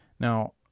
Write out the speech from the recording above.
Now